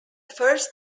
first